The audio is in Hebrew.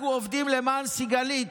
אנחנו עובדים למען סיגלית,